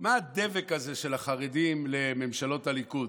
מה הדבק הזה של החרדים לממשלות הליכוד.